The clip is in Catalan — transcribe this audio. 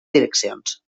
direccions